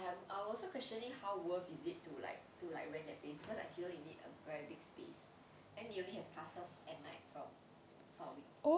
I'm I am also questioning how worth is it to like to like when rent that place because aikido you need a very big space then they only have classes at night from for weekday